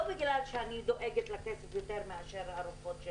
לא בגלל שאני דואגת לכסף יותר מאשר הארוחות של